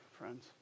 friends